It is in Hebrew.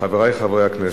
חברי חברי הכנסת,